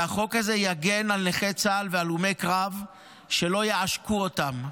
והחוק הזה יגן על נכי צה"ל והלומי קרב שלא יעשקו אותם.